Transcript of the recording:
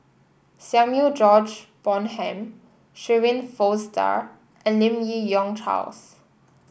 Samuel George Bonham Shirin Fozdar and Lim Yi Yong Charles